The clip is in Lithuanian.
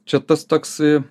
čia tas toks